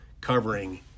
covering